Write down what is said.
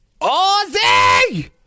Ozzy